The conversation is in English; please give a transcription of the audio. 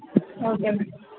okay madam